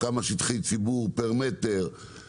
כמה שטחי ציבור פר מטר,